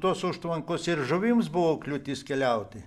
tos užtvankos ir žuvims buvo kliūtis keliauti